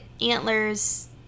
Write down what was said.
antlers